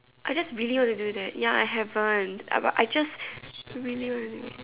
I just really want to do that ya I haven't uh but I just really really